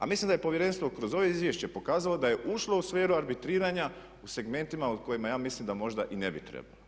A mislim da je Povjerenstvo kroz ovo Izvješće pokazalo da je ušlo u sferu arbitriranja u segmentima u kojima ja mislim da možda i ne bi trebalo.